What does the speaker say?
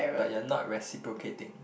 but you're not reciprocating